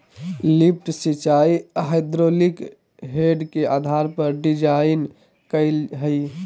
lift सिंचाई hydraulic head के आधार पर डिजाइन कइल हइ